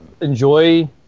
enjoy